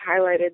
highlighted